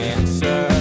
Answer